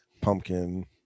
pumpkin